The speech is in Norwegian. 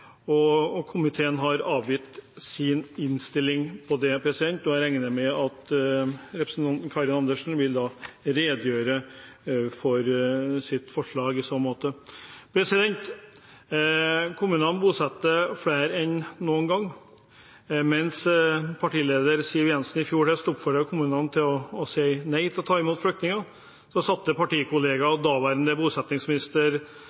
representantene, og komiteen har avgitt sin innstilling. Jeg regner med at representanten Karin Andersen vil redegjøre for sine forslag. Kommunene bosetter flere enn noen gang. Mens partileder Siv Jensen i fjor høst oppfordret kommunene til å si nei til å ta imot flyktninger, satte partikollega,